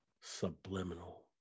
Subliminal